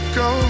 go